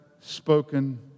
spoken